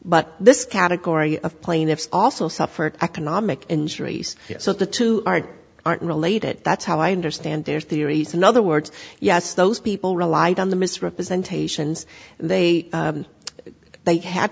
but this category of plaintiffs also suffered economic injuries so the two aren't related that's how i understand their theories in other words yes those people relied on the misrepresentations they they had